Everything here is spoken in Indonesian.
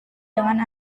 dengan